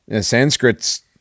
sanskrit's